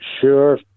sure